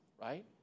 right